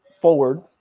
forward